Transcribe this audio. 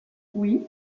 oui